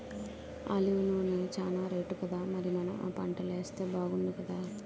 olive నూనె చానా రేటుకదా మరి మనం ఆ పంటలేస్తే బాగుణ్ణుకదా